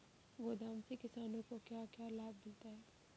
गोदाम से किसानों को क्या क्या लाभ मिलता है?